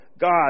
God